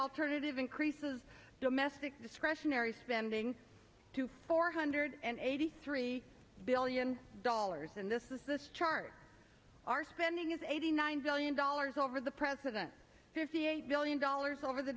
alternative increases domestic discretionary spending to four hundred eighty three billion dollars and this is the start our spending is eighty nine billion dollars over the president fifty eight billion dollars over the